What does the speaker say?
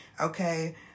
okay